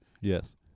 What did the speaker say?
Yes